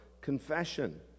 confession